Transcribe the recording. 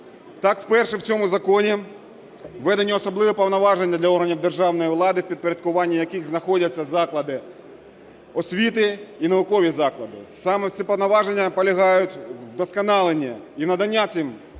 Так, вперше в цьому законі введені особливі повноваження для органів державної влади, в підпорядкуванні яких знаходяться заклади освіти і наукові заклади. Саме ці повноваження полягають у вдосконаленні і наданні цим органам